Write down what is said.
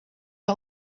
not